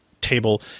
table